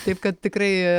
taip kad tikrai